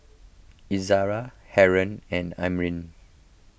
Izzara Haron and Amrin